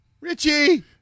Richie